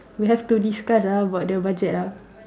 we have to discuss ah about the budget ah